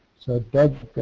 so doug,